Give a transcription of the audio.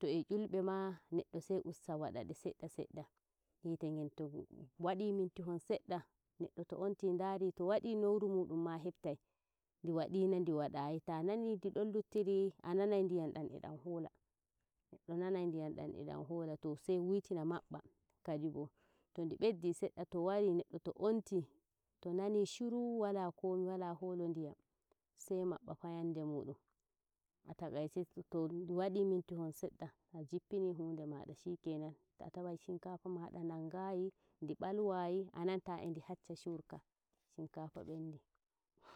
to e fulbe ma neɗɗo sai us wadade sedda seɗɗa yite ngan to hubbi wadi mintihon edda neɗɗo to onti ndari to wadi nom muɗum ma hettai ndi wadi na ndi wadai taa nani ndi don luttiri a nanai ndiyam